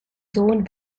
sohn